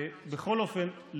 בכל אופן,